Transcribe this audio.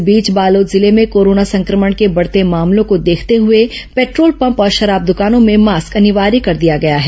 इस बीच बालोद जिले में कोरोना संक्रमण के बढ़ते मामलों को देखते हुए पेट्रोल पम्प और शराब दुकानों में मास्क अनिवार्य कर दिया गया है